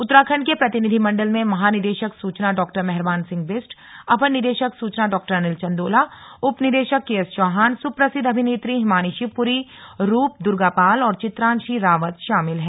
उत्तराखण्ड के प्रतिनिधिमण्डल में महानिदेशक सूचना डॉ मेहरबान सिंह बिष्ट अपर निदेशक सूचना डॉ अनिल चन्दोला उप निदेशक केएसचौहान सुप्रसिद्ध अभिनेत्री हिमानी शिवपुरी रूपदुर्गापाल और चित्रांशी रावत शामिल है